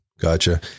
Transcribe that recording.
Gotcha